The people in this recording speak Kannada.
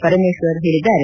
ಪರಮೇಶ್ವರ್ ಹೇಳಿದ್ದಾರೆ